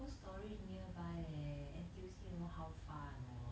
cold storage nearby leh N_T_U_C you know how far or not